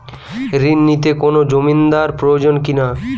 ঋণ নিতে কোনো জমিন্দার প্রয়োজন কি না?